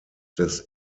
des